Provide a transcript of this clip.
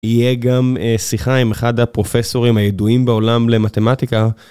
יהיה גם שיחה עם אחד הפרופסורים הידועים בעולם למתמטיקה.